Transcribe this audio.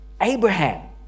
Abraham